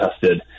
tested